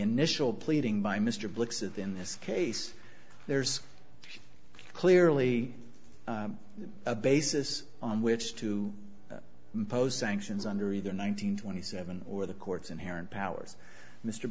initial pleading by mr blix and in this case there's clearly a basis on which to impose sanctions under either nine hundred twenty seven or the courts inherent powers mr